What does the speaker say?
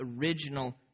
original